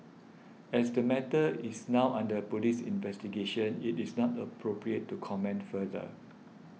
as the matter is now under police investigation it is not appropriate to comment further